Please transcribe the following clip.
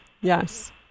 Yes